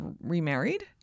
remarried